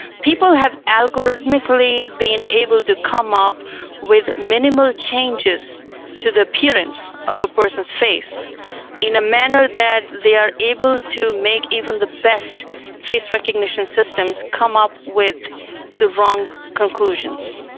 people have algorithmically been able to come up with minimal changes to the appearance of a person's face in a manner that they are able to make even the best face recognition systems come up with the wrong conclusions,